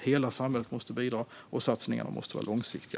Hela samhället måste bidra, och satsningarna måste vara långsiktiga.